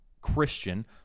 Christian